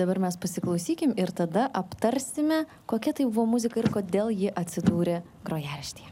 dabar mes pasiklausykim ir tada aptarsime kokia tai buvo muzika ir kodėl ji atsidūrė grojaraštyje